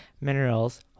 minerals